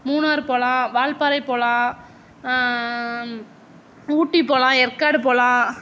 மூணாரு போகலாம் வால்பாறை போகலாம் ஊட்டி போகலாம் ஏற்காடு போகலாம்